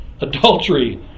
adultery